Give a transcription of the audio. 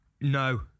No